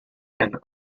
and